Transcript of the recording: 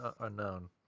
Unknown